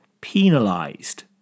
penalised